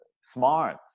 smart